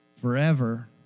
forever